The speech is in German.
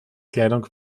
kleidung